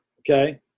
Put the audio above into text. okay